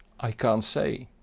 i can't say.